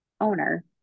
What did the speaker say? owner